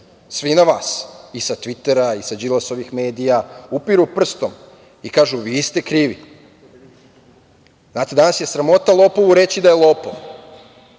svi na vas, i sa Tvitera, i sa Đilasovih medija. Upiru prstom i kažu – vi ste krivi. Znate, danas je sramota lopovu reći da je lopov,